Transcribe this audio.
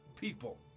people